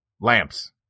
Lamps